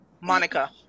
monica